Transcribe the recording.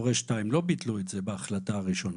הורה 2. לא ביטלו את זה בהחלטה הראשונה.